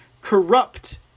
corrupt